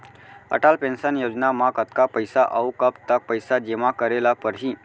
Atal pension योजना म कतका पइसा, अऊ कब तक पइसा जेमा करे ल परही?